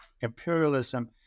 imperialism